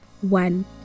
one